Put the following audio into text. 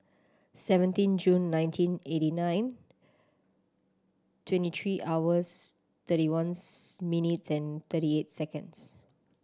seventeen June nineteen eighty nine twenty three hours thirty ones minutes and thirty eight seconds